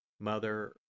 Mother